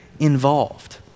Involved